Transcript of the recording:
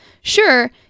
Sure